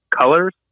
colors